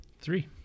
Three